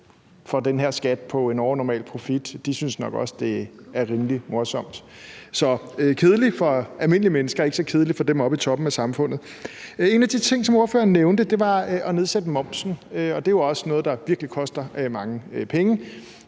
for den her skat på en overnormal profit, synes nok også, det er rimelig morsomt. Så den er kedelig for almindelige mennesker; ikke så kedelig for dem oppe i toppen af samfundet. En af de ting, som ordføreren nævnte, var at nedsætte momsen, og det er jo også noget, der virkelig koster mange penge.